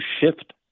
shift